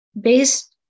based